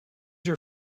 your